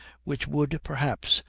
which would, perhaps,